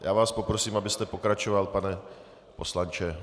Já vás poprosím, abyste pokračoval, pane poslanče.